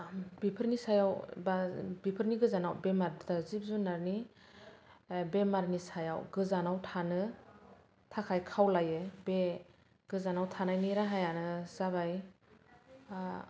बेफोरनि सायाव बा बेफोरनि गोजानाव बेमार जिब जुनारनि बेमारनि सायाव गोजानाव थानो थाखाय खावलायो बे गोजानाव थानायनि राहायानो जाबाय